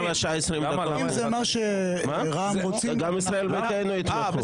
גם ישראל ביתנו יתמכו.